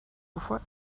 bevor